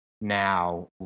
now